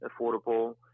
affordable